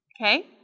Okay